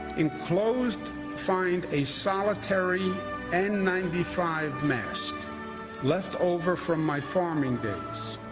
enclosed find a solitary n ninety five mask left over from my farming days.